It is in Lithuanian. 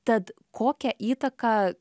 tad kokią įtaką